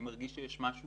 אני מרגיש שיש משהו